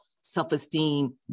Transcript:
self-esteem